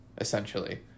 essentially